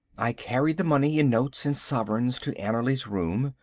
i carried the money in notes and sovereigns to annerly's room,